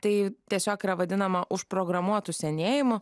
tai tiesiog yra vadinama užprogramuotu senėjimu